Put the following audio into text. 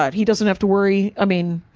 but he doesn't have to worry, i mean,